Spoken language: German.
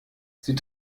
sie